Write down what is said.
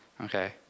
Okay